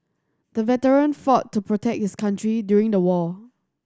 the veteran fought to protect his country during the war